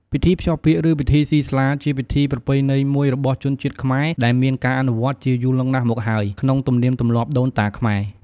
ពិធីភ្ជាប់ពាក្យ ឬ ពិធីសុីស្លា ជាពិធីប្រពៃណីមួយរបស់ជនជាតិខ្មែរ ដែលមានការអនុវត្តជាយូរលង់ណាស់មកហើយ ក្នុងទំនៀមទម្លាប់ដូនតាខ្មែរ។